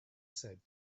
said